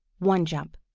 one jump!